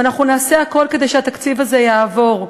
ואנחנו נעשה הכול כדי שהתקציב הזה יעבור.